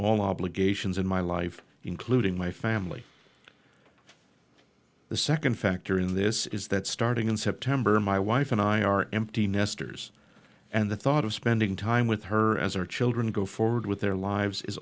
all obligations in my life including my family the second factor in this is that starting in september my wife and i are empty nesters and the thought of spending time with her as our children go forward with their lives is